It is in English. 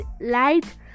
light